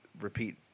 repeat